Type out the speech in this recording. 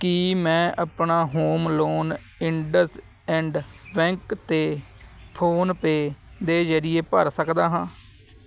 ਕੀ ਮੈਂ ਆਪਣਾ home loan IndusInd bank 'ਤੇ ਫੋਨ ਪੇ ਦੇ ਜਰੀਏ ਭਰ ਸਕਦਾ ਹਾਂ